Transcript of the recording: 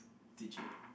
teacher